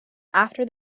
after